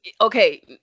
Okay